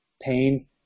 pain